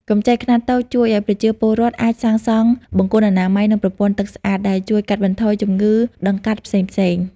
កម្ចីខ្នាតតូចជួយឱ្យប្រជាពលរដ្ឋអាចសាងសង់បង្គន់អនាម័យ និងប្រព័ន្ធទឹកស្អាត ដែលជួយកាត់បន្ថយជំងឺដង្កាត់ផ្សេងៗ។